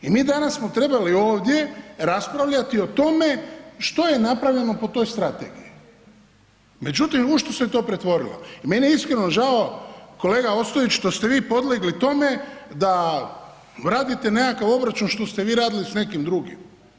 I mi danas smo trebali ovdje raspravljati o tome što je napravljeno po toj strategiji, međutim u što se to pretvorilo i meni je iskreno žao kolega Ostojić što ste vi podlegli tome da radite nekakav obračun što ste vi radili s nekim drugim.